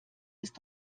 ist